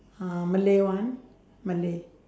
uh malay one malay